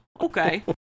okay